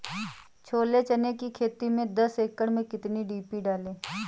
छोले चने की खेती में दस एकड़ में कितनी डी.पी डालें?